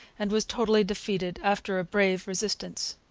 and was totally defeated, after a brave resistance.